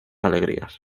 alegrías